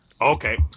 Okay